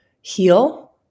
heal